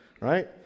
right